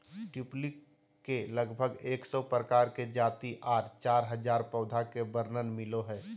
tulip के लगभग एक सौ प्रकार के जाति आर चार हजार पौधा के वर्णन मिलो हय